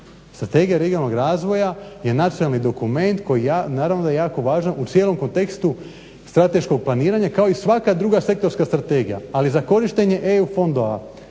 strategija regionalnog razvoja je nacionalni dokument koji naravno da je jako važan u cijelom kontekstu strateškog planiranja kao i svaka druga sektorska strategija. Ali za korištenje EU fondova